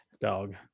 dog